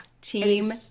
Team